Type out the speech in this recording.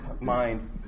mind